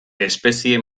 espezie